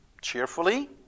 cheerfully